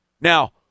Now